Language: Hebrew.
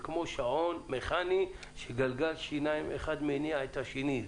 זה כמו שעון מכני שגלגל שיניים אחד מניע את השני.